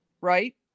right